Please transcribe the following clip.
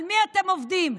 על מי אתם עובדים?